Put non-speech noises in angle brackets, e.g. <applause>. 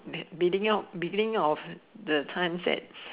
be~ beginning of beginning of the times at <noise>